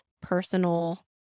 personal